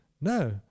No